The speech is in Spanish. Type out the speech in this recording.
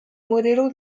modelo